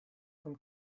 from